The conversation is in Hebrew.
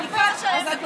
מצוין, יפה, אז את יודעת.